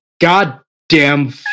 goddamn